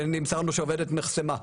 ונמסר לנו שהעובדת נחסמה.